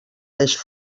les